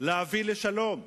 להביא לשלום.